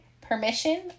permission